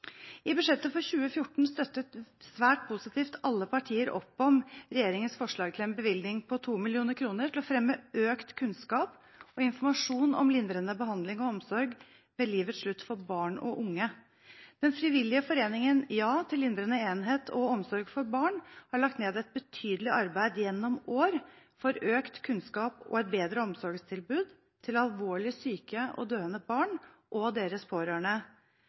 I budsjettet for 2014 støttet, svært positivt, alle partier opp om regjeringens forslag til en bevilgning på 2 mill. kr til å fremme økt kunnskap og informasjon om lindrende behandling og omsorg ved livets slutt for barn og unge. Den frivillige foreningen JA til lindrede enhet og omsorg for barn, har lagt ned et betydelig arbeid gjennom år for økt kunnskap og et bedre omsorgstilbud til alvorlig syke og døende barn og deres pårørende